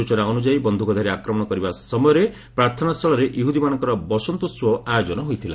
ସୂଚନା ଅନୁଯାୟୀ ବନ୍ଧୁକଧାରୀ ଆକ୍ରମଣ କରିବା ସମୟରେ ପ୍ରାର୍ଥନାସ୍ଥଳରେ ଇହୁଦୀମାନଙ୍କର ବସନ୍ତୋହବ ଆୟୋଜନ ହୋଇଥିଲା